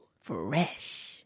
Fresh